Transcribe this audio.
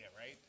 right